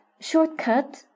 Shortcut